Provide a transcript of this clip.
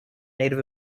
native